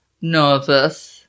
Nervous